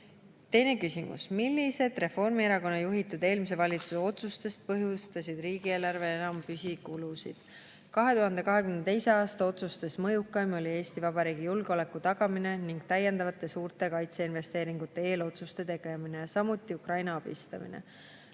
Teine küsimus: "Millised Reformierakonna juhitud eelmise valitsuse otsustest põhjustasid riigieelarvele enim püsikulusid?" 2022. aasta otsustest mõjukaim oli Eesti Vabariigi julgeoleku tagamine ning täiendavate suurte kaitseinvesteeringute eelotsuste tegemine, samuti Ukraina abistamine.